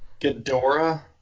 Ghidorah